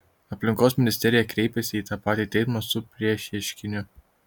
aplinkos ministerija kreipėsi į tą patį teismą su priešieškiniu